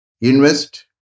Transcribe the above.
invest